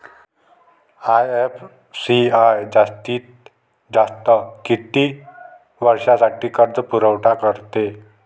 IFCI जास्तीत जास्त किती वर्षासाठी कर्जपुरवठा करते?